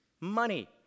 money